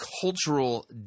cultural